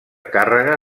càrrega